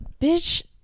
bitch